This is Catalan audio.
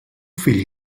fill